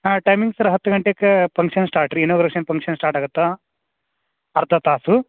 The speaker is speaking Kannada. ಹಾಂ ಟೈಮಿಂಗ್ಸ್ ಸರ್ ಹತ್ತು ಗಂಟೆಗ ಪಂಕ್ಷನ್ ಸ್ಟಾಟ್ ರೀ ಇನೋಗ್ರೇಷನ್ ಪಂಕ್ಷನ್ ಸ್ಟಾಟ್ ಆಗತ್ತೆ ಅರ್ಧ ತಾಸು